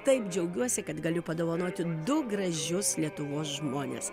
taip džiaugiuosi kad galiu padovanoti du gražius lietuvos žmones